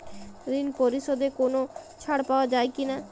ঋণ পরিশধে কোনো ছাড় পাওয়া যায় কি?